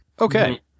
Okay